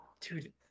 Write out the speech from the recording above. dude